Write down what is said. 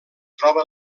troba